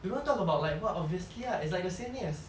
you don't talk about like what obviously lah it's like the same thing as